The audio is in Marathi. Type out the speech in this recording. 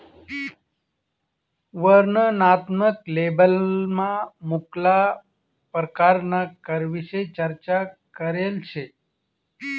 वर्णनात्मक लेबलमा मुक्ला परकारना करविषयी चर्चा करेल शे